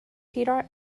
peter